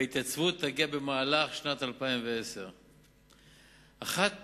וההתייצבות תגיע במהלך שנת 2010. אחת